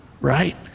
Right